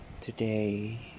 today